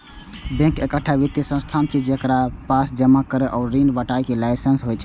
bank एकटा वित्तीय संस्थान छियै, जेकरा पास जमा करै आ ऋण बांटय के लाइसेंस होइ छै